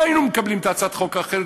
לא היינו מקבלים את הצעת החוק האחרת,